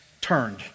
turned